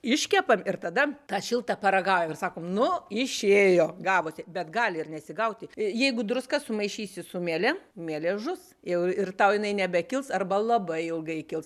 iškepam ir tada tą šiltą paragaujam ir sakom nu išėjo gavosi bet gali ir nesigauti jeigu druską sumaišysi su mielėm mielės žus jau ir tau jinai nebekils arba labai ilgai kils